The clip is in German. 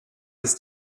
ist